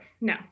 No